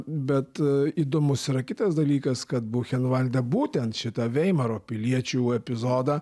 bet įdomus yra kitas dalykas kad buchenvalde būtent šitą veimaro piliečių epizodą